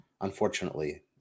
unfortunately